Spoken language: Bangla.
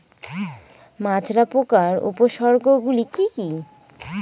মাজরা পোকার উপসর্গগুলি কি কি?